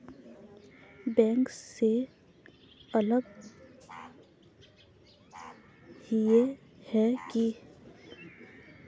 Bank से अलग हिये है की?